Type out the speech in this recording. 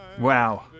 Wow